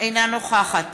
אינה נוכחת